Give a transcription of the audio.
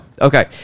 Okay